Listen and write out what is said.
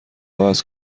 عوض